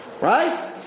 Right